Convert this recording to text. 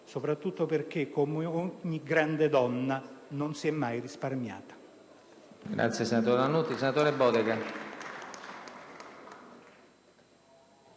soprattutto perché, come ogni grande donna, non si è mai risparmiata.